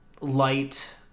light